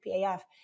PAF